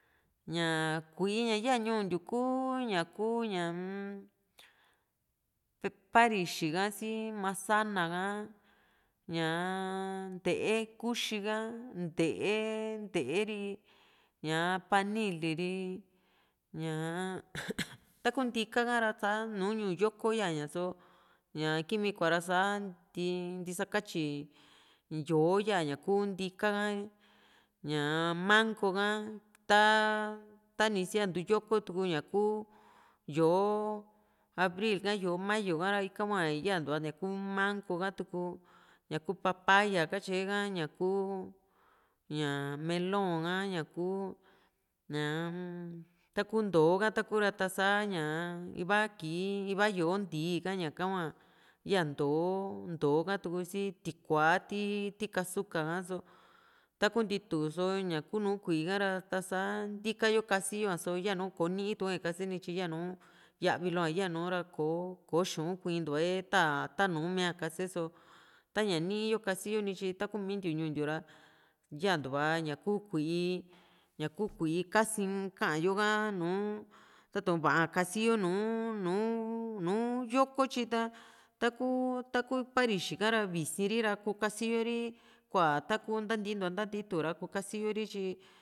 ña kui´i ña ya ñuu ntiukuu ña ku ñaa-m parixi ka si masana ka ñaa ntee kuxi ha ntee nte´e ri ñaa panili ri ñaa taku ntika ka´ra sa nu ñuu yoko yaaña só ña Kimi kuara sa nti ntisakatyi yó´o yaña ku ntika ka ñaa mango ka ta tani kisia ni ntuu yoko tuku ña kuu yó´o abril ka yó´o mayu ka ika hua yantua ñaku mango ha tuku ñaku papaya katyee ha ña kuu ñaa melon ka ñakuu ñaa taku ntoó ha taku ra tasa ñaa iva kii iva yó´o abri ka hua ya ntoó hatuku si tikua ti ti kasuka ha´só taku ntituso ña nùù kuíi ka´ra sa ntika yo kasiyo a só yanu kò´o nii tue kaseni tyi yanu ya´vilua yanu ra ko xu´un kuintua´e ta tanu mia kase so taña nii yo kasiyo ni tyi takumntiu ñuu ntiu ra yantua ña ku kui´i ñaku kui´i kasi´n ka´an yo ha nùù tatu´n va´a kasiyo nùù nu nùù yoko tyi ta taku parixi ka ra visi´n ri ra kuu kasiyo ri kua taku nantintua nantii tu ra kuu kasiyo ri tyi